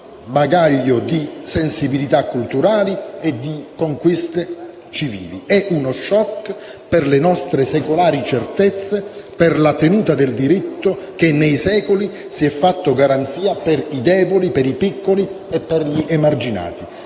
bagaglio di sensibilità elettorali e di conquiste civili. È uno *shock* per le nostre secolari certezze e per la tenuta del diritto che nei secoli si è fatto garanzia per i deboli, per i piccoli e per gli emarginati.